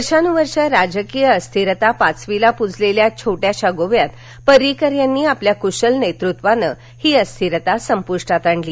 वर्षानुवर्षे राजकीय अस्थिरता पाचवीला पुजलेल्या छोट्याशा गोव्यात परिकर यांनी आपल्या कुशल नेतृत्वानं ही अस्थिरता संपूष्टात आणली